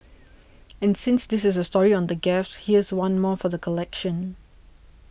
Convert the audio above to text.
and since this is a story on the gaffes here's one more for the collection